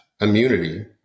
immunity